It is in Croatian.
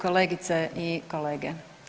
Kolegice i kolege.